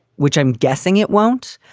which i'm guessing it won't.